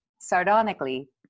sardonically